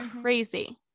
crazy